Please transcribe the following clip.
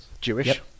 Jewish